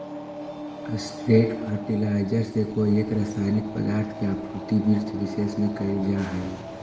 straight fertiliser से कोई एक रसायनिक पदार्थ के आपूर्ति वृक्षविशेष में कैइल जा हई